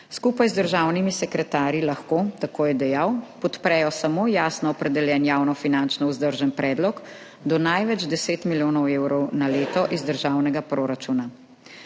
Skupaj z državnimi sekretarji lahko, tako je dejal, podprejo samo jasno opredeljen javno finančno vzdržen predlog do največ 10 milijonov evrov na leto iz državnega proračuna.